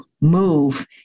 move